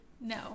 No